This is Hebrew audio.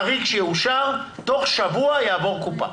חריג שיאושר תוך שבוע יעבור קופה.